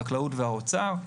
החקלאות והאוצר.